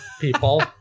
people